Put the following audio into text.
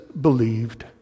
believed